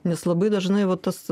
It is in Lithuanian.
nes labai dažnai va tas